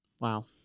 Wow